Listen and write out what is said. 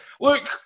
Look